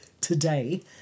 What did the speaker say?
today